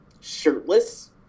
Shirtless